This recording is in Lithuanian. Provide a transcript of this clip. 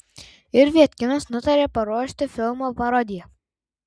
ir viatkinas nutarė paruošti filmo parodiją